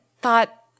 thought